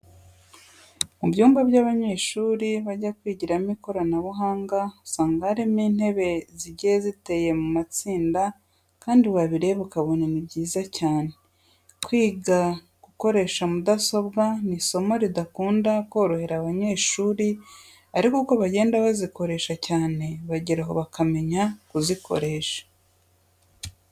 Mu byumba abanyeshuri bajya kwigiramo ikoranabuhanga usanga harimo intebe zigiye ziteye mu matsinda kandi wabireba ukabona ni byiza cyane. Kwiga gukoresha mudasobwa ni isomo ridakunda korohera abanyeshuri ariko uko bagenda bazikoresha cyane bageraho bakamenya kuzikoresha.